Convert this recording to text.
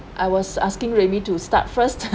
I was asking remy to start first